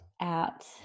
out